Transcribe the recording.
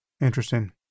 Interesting